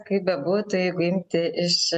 kaip bebūtų jeigu imti iš